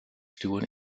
stuwen